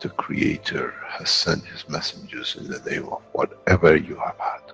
the creator has sent his messengers in the name of whatever you have had,